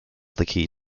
key